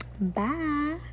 Bye